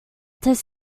does